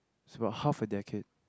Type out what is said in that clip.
it's about half a decade